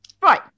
right